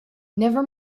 never